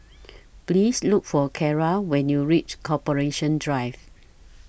Please Look For Carra when YOU REACH Corporation Drive